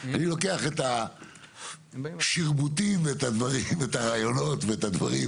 אני לוקח את השרבוטים ואת הדברים ואת הרעיונות ואת הדברים